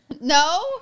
No